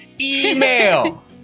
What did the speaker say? Email